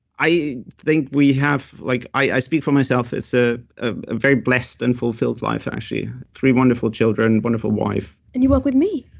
i think we have. like i speak for myself as a very blessed and fulfilled life actually. three wonderful children, wonderful wife and you work with me